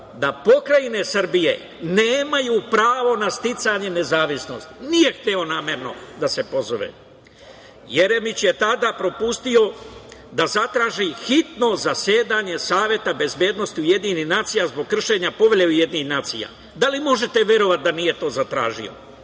da pokrajine Srbije nemaju pravo na sticanje nezavisnosti. Nije hteo namerno da se pozove. Jeremić je tada propustio da zatraži hitno zasedanje Saveta bezbednosti UN zbog kršenja Povelje UN. Da li možete da verujte da nije to zatražio?